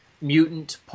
mutant